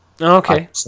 Okay